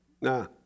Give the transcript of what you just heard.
Nah